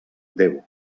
déu